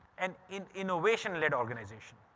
and an innovation led organisation.